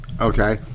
Okay